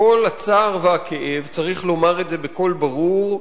בכל הצער והכאב, צריך לומר את זה בקול ברור,